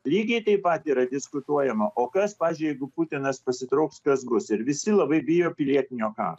lygiai taip pat yra diskutuojama o kas pavyzdžiui jeigu putinas pasitrauks kas bus ir visi labai bijo pilietinio karo